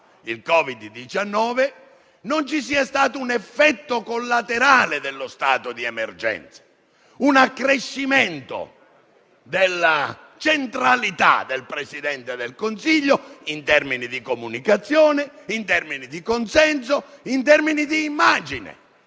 il Covid-19, non ci sia stato un effetto collaterale dello stato di emergenza: un accrescimento della centralità del Presidente del Consiglio in termini di comunicazione, di consenso e di immagine.